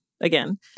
Again